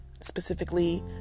specifically